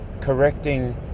correcting